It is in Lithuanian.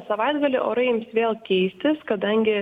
savaitgalį orai ims vėl keistis kadangi